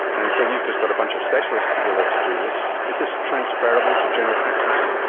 and so you've just got a bunch of specialists together to do this. is this transferable to general practice?